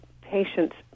patients